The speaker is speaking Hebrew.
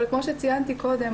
אבל כמו שציינתי קודם,